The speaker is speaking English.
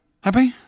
happy